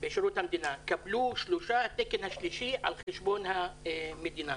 קבלו שלושה, התקן השלישי על חשבון המדינה.